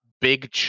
Big